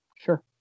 Sure